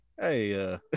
hey